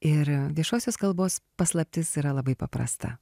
ir viešosios kalbos paslaptis yra labai paprasta